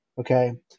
Okay